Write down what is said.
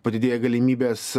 padidėja galimybės